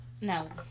No